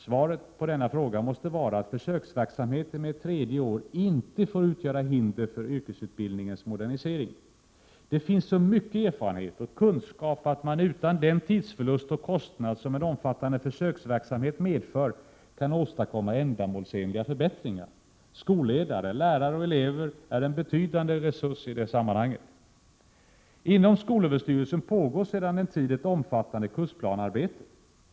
Svaret på denna fråga måste vara att försöksverksamheten med ett tredje år inte får utgöra hinder för yrkesutbildningens modernisering. Det finns så mycket erfarenhet och kunskap att man utan den tidsförlust och kostnad som en omfattande försöksverksamhet medför kan åstadkomma ändamålsenliga förbättringar. Skolledare, lärare och elever är en betydande resurs i sammanhanget. Inom skolöverstyrelsen pågår sedan en tid ett omfattande kursplanearbete.